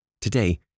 Today